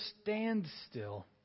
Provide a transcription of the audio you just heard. standstill